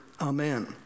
Amen